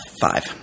five